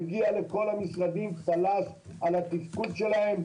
מגיע לכל המשרדים צל"ש על התפקוד שלהם,